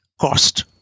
cost